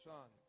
Son